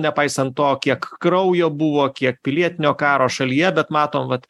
nepaisant to kiek kraujo buvo kiek pilietinio karo šalyje bet matom vat